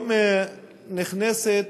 היום נכנסת